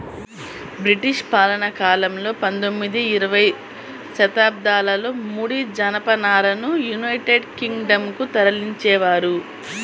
British పాలనాకాలంలో పందొమ్మిది, ఇరవై శతాబ్దాలలో ముడి జనపనారను యునైటెడ్ కింగ్ డం కు తరలించేవారు